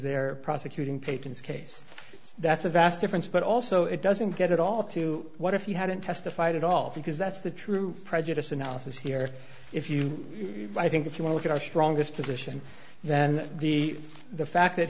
there prosecuting peyton's case that's a vast difference but also it doesn't get at all to what if you hadn't testified at all because that's the true prejudice analysis here if you i think if you want to get our strongest position then the the fact that